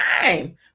time